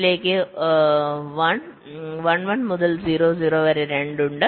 ഇതിലേക്ക് 1 1 1 മുതൽ 0 0 വരെ 2 ഉണ്ട്